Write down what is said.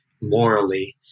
morally